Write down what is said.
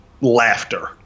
laughter